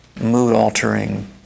mood-altering